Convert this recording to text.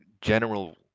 general